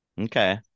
Okay